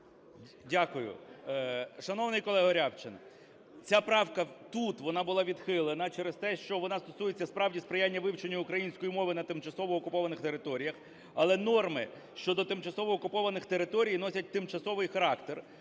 Дякую. Шановний колего Рябчин, ця правка тут, вона була відхилена через те, що вона стосується справді сприяння вивченню української мови на тимчасово окупованих територіях, але норми щодо тимчасово окупованих територій носять тимчасовий характер,